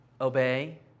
obey